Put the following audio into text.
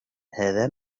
هذا